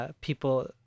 people